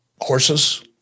horses